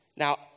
Now